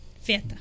Feta